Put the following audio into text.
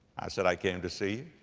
said, i came to see